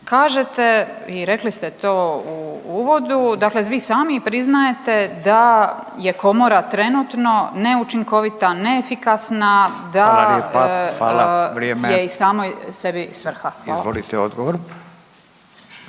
kažete i rekli ste to u uvodu, dakle vi sami priznajete da je komora trenutno neučinkovita, neefikasna, da …/Upadica: Hvala lijepa,